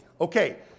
Okay